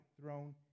throne